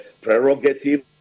prerogative